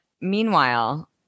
Meanwhile